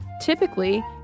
typically